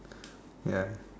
ya